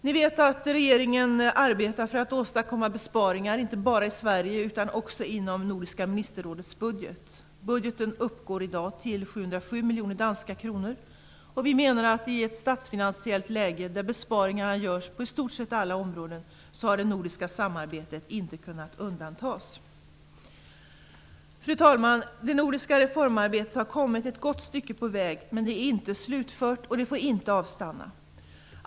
Ni vet att regeringen arbetar för att åstadkomma besparingar inte bara i Sverige utan också inom nordiska ministerrådets budget. Budgeten uppgår i dag till 707 miljoner danska kronor. I ett statsfinansiellt läge där besparingar görs på i stort sett alla områden har det nordiska samarbetet inte kunnat undantas. Fru talman! Det nordiska reformarbetet har kommit ett gott stycke på väg. Men det är inte slutfört, och det får inte avstanna.